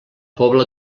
pobla